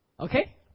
Okay